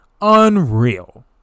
unreal